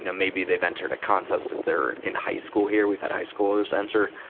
you know maybe they've entered a contest if they're in high school here. we've had high schoolers enter.